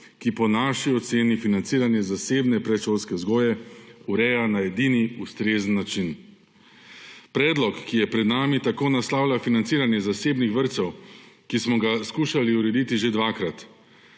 ki po naši oceni financiranje zasebne predšolske vzgoje ureja na edini ustrezen način. Predlog, ki je pred nami, tako naslavlja financiranje zasebnih vrtcev, ki smo ga skušali urediti že dvakrat.